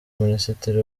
minisitiri